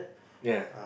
ya